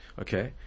Okay